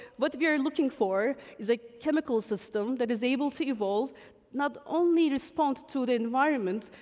what we are looking for is a chemical system that is able to evolve not only respond to the environment,